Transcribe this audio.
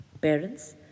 Parents